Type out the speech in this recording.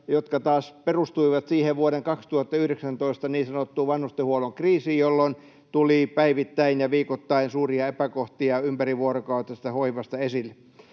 jotka taas perustuivat vuoden 2019 niin sanottuun vanhustenhuollon kriisiin, jolloin tuli päivittäin ja viikoittain suuria epäkohtia ympärivuorokautisesta hoivasta esille.